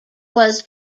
was